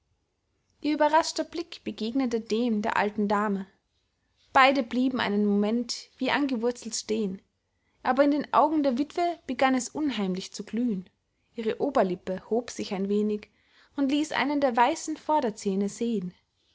ihr überraschter blick begegnete dem der alten dame beide blieben einen moment wie angewurzelt stehen aber in den augen der witwe begann es unheimlich zu glühen ihre oberlippe hob sich ein wenig und ließ einen der weißen vorderzähne sehen